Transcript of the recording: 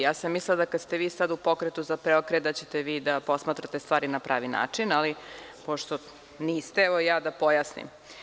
Ja sam mislila da kada ste vi sad u Pokretu za PREOKRET, da ćete vi da posmatrate stvari na pravi način, ali pošto niste, evo ja da pojasnim.